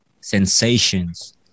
sensations